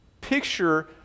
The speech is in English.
picture